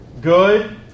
good